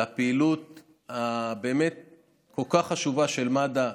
על הפעילות הכל-כך חשובה של מד"א,